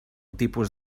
tipus